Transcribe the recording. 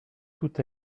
tout